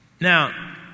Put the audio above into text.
Now